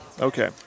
okay